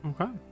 Okay